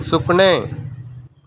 सुकणें